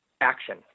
action